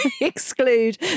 exclude